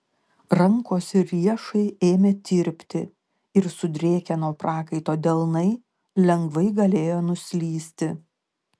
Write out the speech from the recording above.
rankos ir riešai ėmė tirpti ir sudrėkę nuo prakaito delnai lengvai galėjo nuslysti